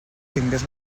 tingués